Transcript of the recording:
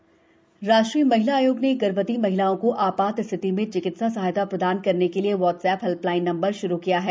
गर्भवती हेल्पलाइन राष्ट्रीय महिला आयोग ने गर्भवती महिलाओं को आपात स्थिति में चिकित्सा सहायता प्रदान करने के लिए व्हाट्सएप हेल्पलाइन नंबर श्रू किया है